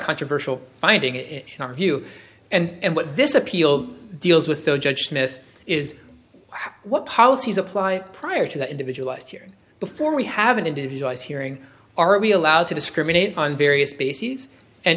controversial finding in our view and what this appeal deals with the judge smith is what policies apply prior to the individualized hearing before we have an individualized hearing are we allowed to discriminate on various bases and